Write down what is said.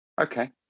Okay